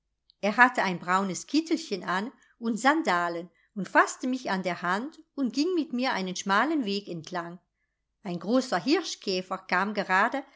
er hatte ein braunes kittelchen an und sandalen und faßte mich an der hand und ging mit mir einen schmalen weg entlang ein großer hirschkäfer kam gerade